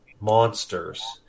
monsters